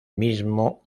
mismo